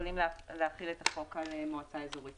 יכולים להחיל את החוק על מועצה אזורית